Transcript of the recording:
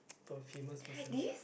to a famous person